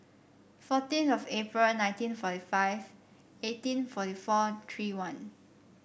fourteen of April nineteen forty five eighteen forty four three one